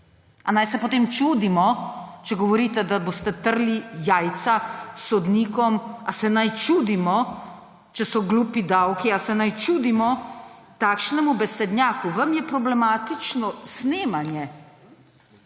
Ali naj se potem čudimo, če govorite, da boste trli jajca sodnikom, ali se naj čudimo, če so glupi davki, ali se naj čudimo takšnemu besednjaku? Vam je problematično snemanje,